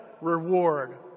reward